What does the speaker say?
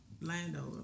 Landover